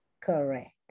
Correct